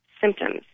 symptoms